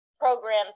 programs